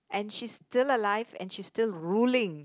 and she's still alive and she's still ruling